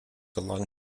along